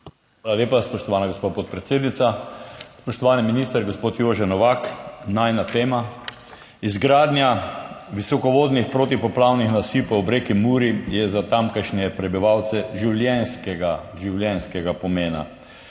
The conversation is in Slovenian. Hvala lepa, spoštovana gospa podpredsednica. Spoštovani minister gospod Jože Novak! Najina tema, izgradnja visokovodnih protipoplavnih nasipov ob reki Muri, je za tamkajšnje prebivalce življenjskega,